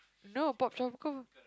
no Poptropica